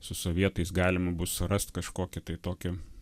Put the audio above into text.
su sovietais galima bus rast kažkokį tai tokį